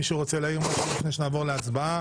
מישהו רוצה להעיר משהו לפני שנעבור להצבעה?